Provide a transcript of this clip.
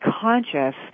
conscious